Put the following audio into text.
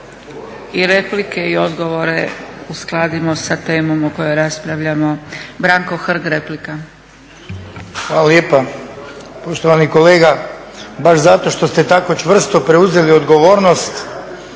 i replike i odgovore uskladimo sa temom o kojoj raspravljamo. Branko Hrg, replika. **Hrg, Branko (HSS)** Hvala lijepa. Poštovani kolega baš zato što ste tako čvrsto preuzeli odgovornost,